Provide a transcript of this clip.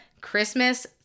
christmas